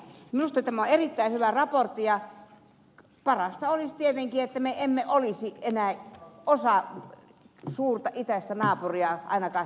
minusta tämä on erittäin hyvä raportti ja parasta olisi tietenkin että me emme olisi enää osa suurta itäistä naapuria ainakaan henkisesti